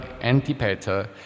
Antipater